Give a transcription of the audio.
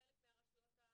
ובחלק מהרשויות,